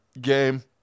game